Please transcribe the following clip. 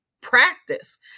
practice